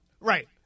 Right